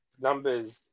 numbers